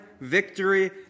victory